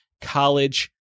college